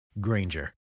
Granger